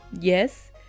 Yes